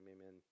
amen